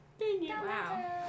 Wow